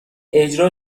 اجرا